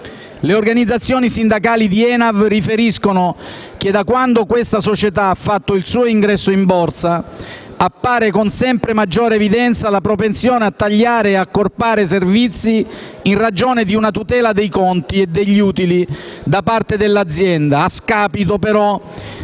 Le organizzazioni sindacali di ENAV riferiscono che, da quando questa società ha fatto il suo ingresso in Borsa, appare con sempre maggiore evidenza la propensione a tagliare e accorpare servizi, in ragione di una tutela dei conti e degli utili da parte dell'azienda,